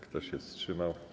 Kto się wstrzymał?